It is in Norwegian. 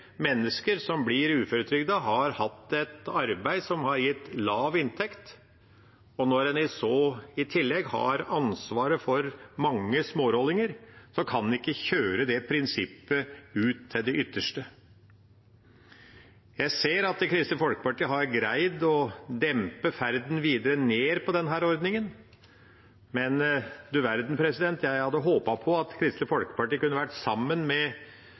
mennesker som blir uføretrygdet, har hatt et arbeid som har gitt lav inntekt. Når en så i tillegg har ansvaret for mange smårollinger, kan vi ikke kjøre det prinsippet ut til det ytterste. Jeg ser at Kristelig Folkeparti har greid å dempe ferden videre ned på denne ordningen, men du verden: Jeg hadde håpet på at Kristelig Folkeparti kunne ha vært sammen med